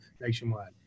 nationwide